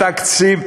התקציב,